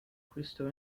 crystal